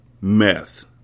Meth